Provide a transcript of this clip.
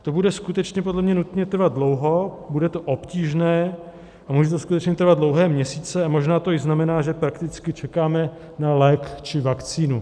To bude skutečně podle mě nutně trvat dlouho, bude to obtížné a může to skutečně trvat dlouhé měsíce a možná to i znamená, že prakticky čekáme na lék či vakcínu.